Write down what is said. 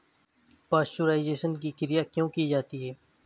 Pasteurisation की क्रिया क्यों की जाती है?